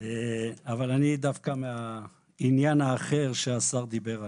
אבל אני דווקא בעניין האחר שהשר דיבר עליו.